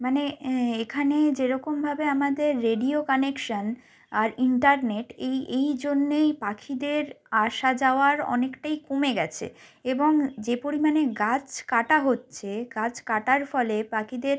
মানে এখানে যেরকমভাবে আমাদের রেডিও কানেকশান আর ইন্টারনেট এই এই জন্যেই পাখিদের আসা যাওয়ার অনেকটাই কমে গেছে এবং যে পরিমাণে গাছ কাটা হচ্ছে গাছ কাটার ফলে পাখিদের